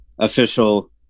official